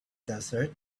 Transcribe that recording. desert